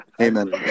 Amen